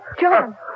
John